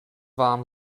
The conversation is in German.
warm